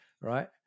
right